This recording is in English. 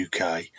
UK